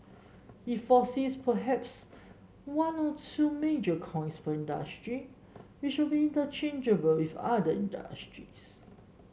he foresees perhaps one or two major coins per industry which will be interchangeable with other industries